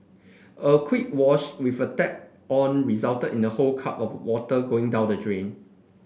a quick wash with the tap on resulted in a whole cup of water going down the drain